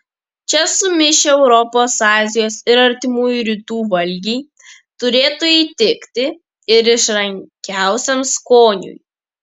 čia sumišę europos azijos ir artimųjų rytų valgiai turėtų įtikti ir išrankiausiam skoniui